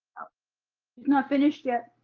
she's not finished yet.